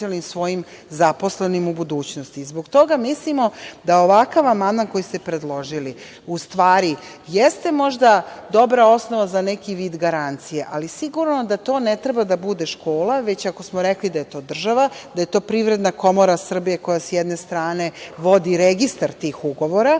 zaposlenim u budućnosti. Zbog toga mislimo da ovakav amandman koji ste predložili u stvari jeste možda dobra osnova za neki vid garancije, ali sigurno da to ne treba da bude škola, već, ako smo rekli da je to država, da je to Privredna komora Srbije koja, sa jedne strane, vodi registar tih ugovora,